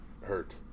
hurt